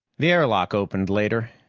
the airlock opened later,